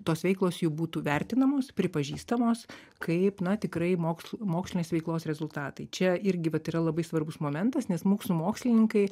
tos veiklos jų būtų vertinamos pripažįstamos kaip na tikrai mokslų mokslinės veiklos rezultatai čia irgi vat yra labai svarbus momentas nes mūsų mokslininkai